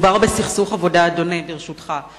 אדוני, ברשותך.